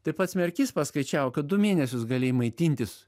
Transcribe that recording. tai pats merkys paskaičiavo kad du mėnesius galėjai maitintis